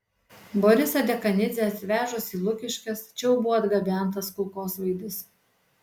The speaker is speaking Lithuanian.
borisą dekanidzę atvežus į lukiškes čia jau buvo atgabentas kulkosvaidis